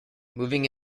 moving